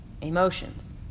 Emotions